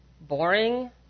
boring